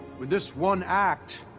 with this one act,